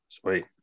Sweet